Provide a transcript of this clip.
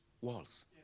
walls